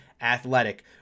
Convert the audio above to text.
athletic